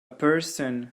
person